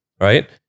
right